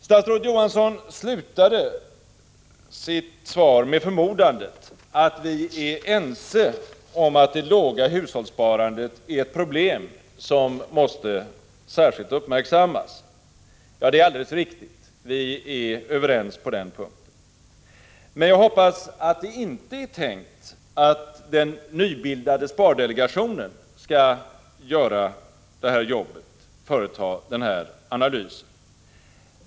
Statsrådet Johansson slutade sitt svar med förmodandet att vi är ense om att det låga hushållssparandet är ett problem som måste uppmärksammas särskilt. Det är alldeles riktigt. Vi är överens på den punkten. Men jag hoppas att det inte är tänkt att den nybildade spardelegationen skall företa denna analys.